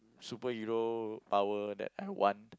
superhero power that one